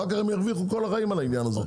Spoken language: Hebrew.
אחר כך הם ירוויחו כל החיים על העניין הזה.